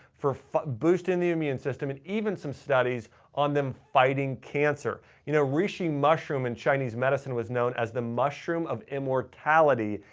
for boosting the immune system and even some studies on them fighting cancer. you know reishi mushroom in chinese medicine was known as the mushroom of immortality.